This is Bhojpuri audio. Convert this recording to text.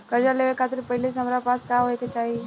कर्जा लेवे खातिर पहिले से हमरा पास का होए के चाही?